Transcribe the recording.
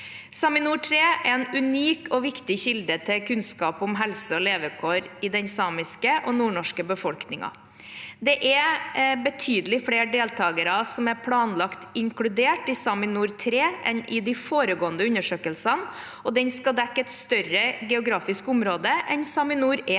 SAMINOR 3 er en unik og viktig kilde til kunnskap om helse og levekår i den samiske og nordnorske befolkningen. Det er betydelig flere deltakere som er planlagt inkludert i SAMINOR 3, enn i de foregående undersøkelsene, og den skal dekke et større geografisk område enn SAMINOR 1